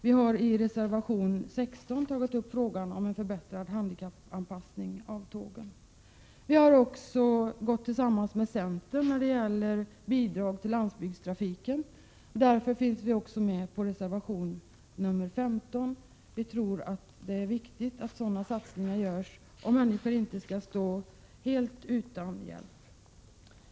Vi har i reservation 16 tagit upp frågan om en förbättring av handikappanpassningen av tågen. Vi har vidare gått tillsammans med centern i frågan om bidrag till landsbygdstrafiken, och därför står vi bakom reservation 15. Vi tror att det är viktigt att göra sådana satsningar, så att människor i glesbygd inte står helt utan service.